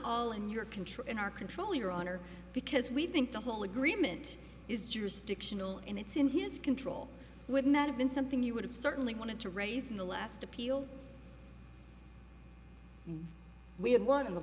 all in your control in our control your honor because we think the whole agreement is jurisdictional and it's in his control would not have been something you would have certainly wanted to raise in the last appeal and we had one in the